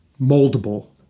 moldable